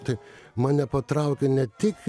tai mane patraukė ne tik